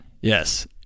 Yes